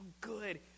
good